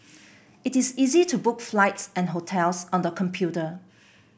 it is easy to book flights and hotels on the computer